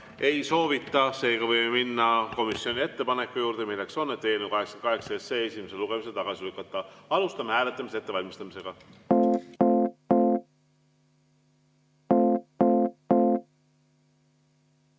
ei soovita. Seega võime minna komisjoni ettepaneku juurde, milleks on eelnõu 88 esimesel lugemisel tagasi lükata. Alustame hääletamise ettevalmistamist. Head